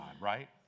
right